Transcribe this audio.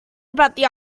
about